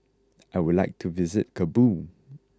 I would like to visit Kabul